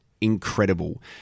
incredible